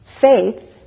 faith